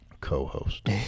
Co-host